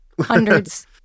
hundreds